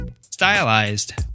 stylized